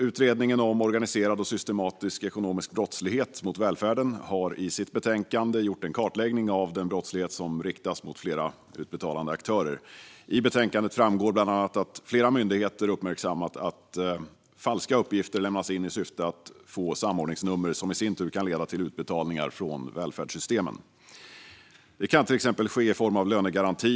Utredningen om organiserad och systematisk ekonomisk brottslighet mot välfärden har i sitt betänkande gjort en kartläggning av den brottslighet som riktas mot flera utbetalande aktörer. I betänkandet framgår bland annat att flera myndigheter uppmärksammat att falska uppgifter lämnas in i syfte att få samordningsnummer som i sin tur kan leda till utbetalningar från välfärdssystemen. Det kan till exempel ske i form av lönegaranti.